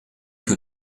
que